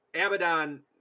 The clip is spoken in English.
abaddon